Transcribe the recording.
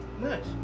Nice